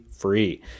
Free